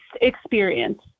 experience